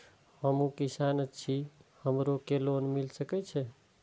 हमू किसान छी हमरो के लोन मिल सके छे?